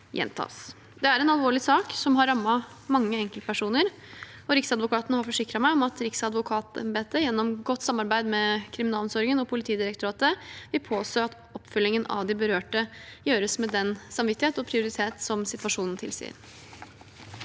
Dette er en alvorlig sak som har rammet mange enkeltpersoner. Riksadvokaten har forsikret meg om at Riksadvokatembetet gjennom godt samarbeid med kriminalomsorgen og Politidirektoratet vil påse at oppfølgingen av de berørte gjøres med den samvittighet og prioritet som situasjonen tilsier.